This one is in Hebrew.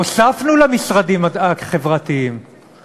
הוספנו למשרדים החברתיים,